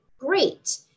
great